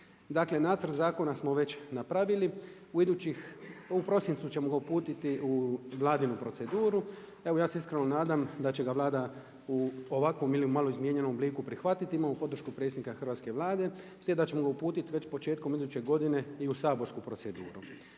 Dakle, nacrt zakona smo već napravili, u idućih, u prosincu ćemo ga uputiti u vladinu proceduru. Evo ja se iskreno nadam da će ga Vlada u ovakvom ili u malo izmijenjenom obliku prihvatiti, imamo podršku predsjednika hrvatske Vlade te da ćemo ga uputiti već početkom iduće godine i u saborsku proceduru.